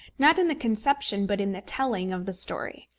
not in the conception, but in the telling of the story.